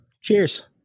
Cheers